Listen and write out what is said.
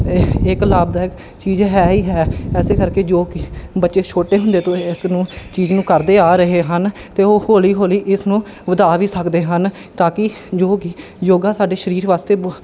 ਇਹ ਇੱਕ ਲਾਭਦਾਇਕ ਚੀਜ਼ ਹੈ ਹੀ ਹੈ ਇਸੇ ਕਰਕੇ ਜੋ ਕਿ ਬੱਚੇ ਛੋਟੇ ਹੁੰਦੇ ਤੋਂ ਇਸ ਨੂੰ ਚੀਜ਼ ਨੂੰ ਕਰਦੇ ਆ ਰਹੇ ਹਨ ਅਤੇ ਉਹ ਹੌਲੀ ਹੌਲੀ ਇਸ ਨੂੰ ਵਧਾ ਵੀ ਸਕਦੇ ਹਨ ਤਾਂ ਕਿ ਯੋਗ ਯੋਗਾ ਸਾਡੇ ਸਰੀਰ ਵਾਸਤੇ ਬ